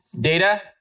Data